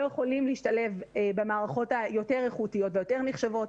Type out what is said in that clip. יכולים להשתלב במערכות היותר איכותיות ויותר נחשבות.